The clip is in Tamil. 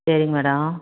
சரிங்க மேடம்